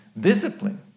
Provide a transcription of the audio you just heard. discipline